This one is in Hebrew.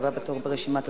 הבא בתור ברשימת הדוברים,